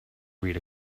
read